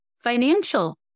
Financial